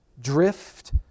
drift